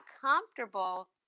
comfortable